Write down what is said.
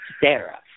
Sarah